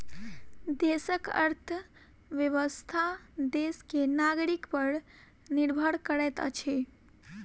देशक अर्थव्यवस्था देश के नागरिक पर निर्भर करैत अछि